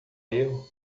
erro